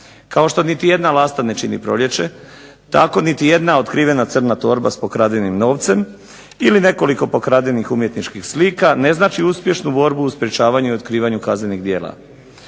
Kao što niti jedna lasta ne čini proljeće tako niti jedna otkrivena crna torba s pokradenim novcem ili nekoliko pokradenih umjetničkih slika ne znači uspješnu borbu u sprečavanju i otkrivanju kaznenih djela.